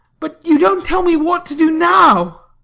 but you don't tell me what to do now!